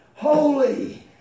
Holy